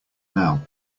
now